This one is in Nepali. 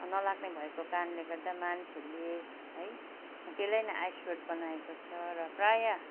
नलाग्ने भएको कारणले गर्दा मानिसहरूले है त्यसलाई नै आयस्रोत बनाएको छ र प्रायः